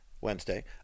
Wednesday